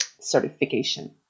certification